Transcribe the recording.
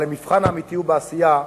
אבל המבחן האמיתי הוא בעשייה,